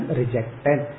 rejected